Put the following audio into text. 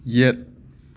ꯌꯦꯠ